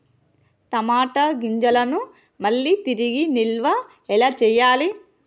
టమాట గింజలను మళ్ళీ తిరిగి నిల్వ ఎలా చేయాలి?